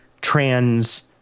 trans